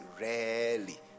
Rarely